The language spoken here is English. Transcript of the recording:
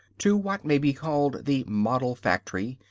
to what may be called the model factory,